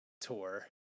tour